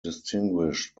distinguished